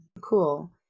Cool